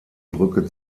brücke